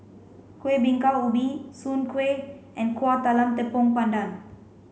Kuih Bingka Ubi Soon Kway and Kueh Talam Tepong Pandan